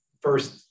First